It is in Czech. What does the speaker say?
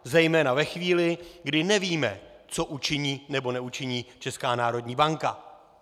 Zejména ve chvíli, kdy nevíme, co učiní nebo neučiní Česká národní banka.